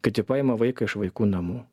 kiti paima vaiką iš vaikų namų